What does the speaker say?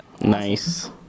Nice